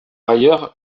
ailleurs